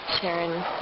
Sharon